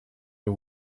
you